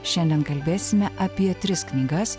šiandien kalbėsime apie tris knygas